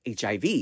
HIV